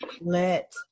let